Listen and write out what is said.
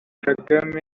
kagame